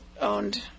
owned